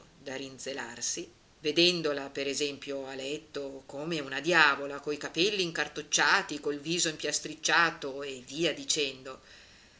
da rinzelarsi vedendola per esempio a letto come una diavola coi capelli incartocciati col viso impiastricciato e via dicendo